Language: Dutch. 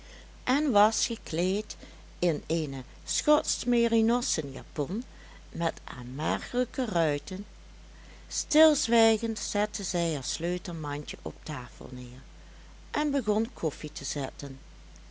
en was gekleed in eene schotschmerinossen japon met aanmerkelijke ruiten stilzwijgend zette zij haar sleutelmandje op tafel neer en begon koffie te zetten